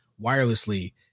wirelessly